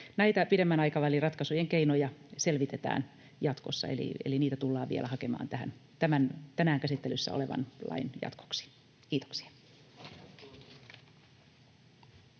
Näitä pidemmän aikavälin ratkaisuiden keinoja selvitetään jatkossa, eli niitä tullaan vielä hakemaan tähän tänään käsittelyssä olevan lain jatkoksi. — Kiitoksia.